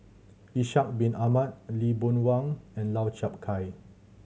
Ishak Bin Ahmad Lee Boon Wang and Lau Chiap Khai